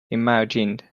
imagined